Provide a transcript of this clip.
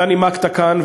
אתה נימקת כאן,